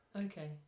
Okay